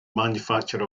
manufacture